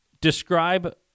Describe